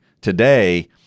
today –